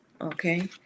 Okay